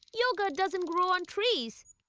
yogurt doesn't grow on trees.